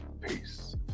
Peace